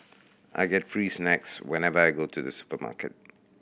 I get free snacks whenever I go to the supermarket